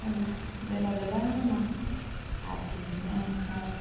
अन्त बेला बेलामा हात्ती पनि आउँछ